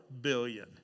billion